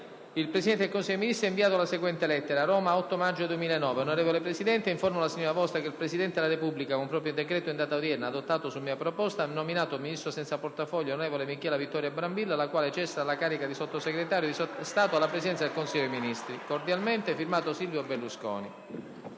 il Presidente del Consiglio dei ministri ha inviato la seguente lettera: «Roma, 8 maggio 2009 Onorevole Presidente, informo la S. V. che il Presidente della Repubblica, con proprio decreto in data odierna, adottato su mia proposta, ha nominato Ministro senza portafoglio l'on. Michela Vittoria BRAMBILLA, la quale cessa dalla carica di Sottosegretario di Stato alla Presidenza del Consiglio dei Ministri. Cordialmente *F.to* Silvio Berlusconi»